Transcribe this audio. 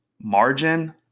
margin